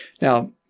Now